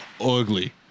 ugly